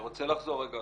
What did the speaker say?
אני רוצה לחזור רגע